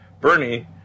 Bernie